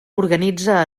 organitza